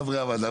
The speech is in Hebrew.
חברי הוועדה,